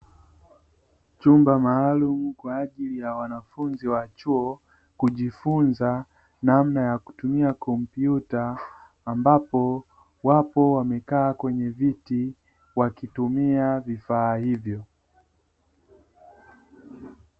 Chumba maalumu kwa ajili ya wanafunzi wa chuo kujifunza namna ya kutumia kompyuta ambapo wapo wamekaa kwenye viti wakitumia vifaa hivyo.